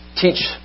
teach